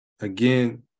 again